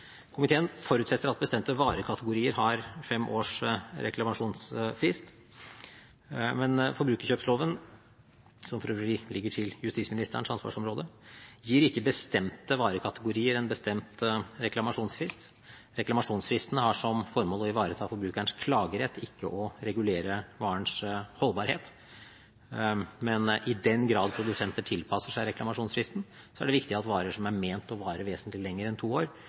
Komiteen forutsetter at bestemte varekategorier har fem års reklamasjonsfrist, men forbrukerkjøpsloven – som for øvrig ligger til justisministerens ansvarsområde – gir ikke bestemte varekategorier en bestemt reklamasjonsfrist. Reklamasjonsfristen har som formål å ivareta forbrukerens klagerett, ikke å regulere varens holdbarhet. Men i den grad produsenter tilpasser seg reklamasjonsfristen, er det viktig at varer som er ment å vare vesentlig lenger enn to år,